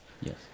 Yes